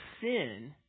sin